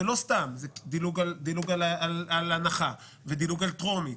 זה לא סתם זה דילוג על הנחה ודילוג על קריאה טרומית.